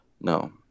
no